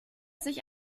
sich